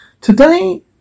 Today